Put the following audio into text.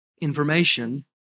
Information